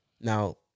now